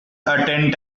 attend